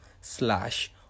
slash